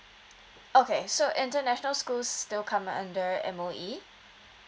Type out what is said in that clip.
okay so international school still come under M_O_E